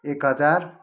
एक हजार